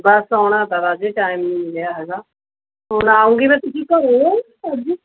ਬਸ ਆਉਣਾ ਤਾ ਰਾਜੇ ਟਾਈਮ ਨਹੀਂ ਮਿਲਿਆ ਹੈਗਾ ਹੁਣ ਆਊਗੀ ਮੈਂ ਤੁਸੀਂ ਘਰੇ ਹੋ ਅੱਜ